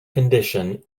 condition